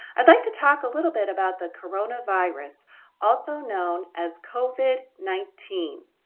i'd like to talk a little bit about the coronavirus also known as covid nineteen.